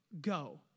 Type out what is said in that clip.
go